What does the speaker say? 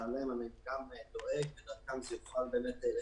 שאגב, גם למוסדות אני דואג, דרכם זה יוכל לחלחל